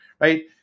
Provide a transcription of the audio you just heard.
right